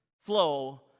flow